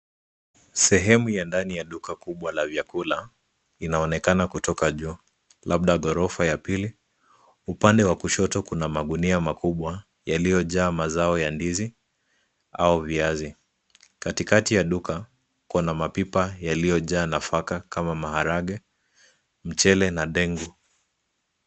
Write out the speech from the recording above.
Sehemu ya ndani ya duka kubwa la vyakula inaonekana kutoka juu, labda ghorofa ya pili. Upande wa kushoto kuna magunia makubwa yaliyojaa mazao ya ndizi au viazi. Katikati ya duka, kuna mapipa yaliyojaa nafaka kama maharagwe, mchele na dengu.